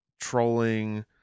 trolling